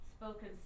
spoken